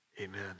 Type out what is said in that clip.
amen